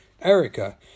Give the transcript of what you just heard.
Erica